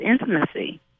intimacy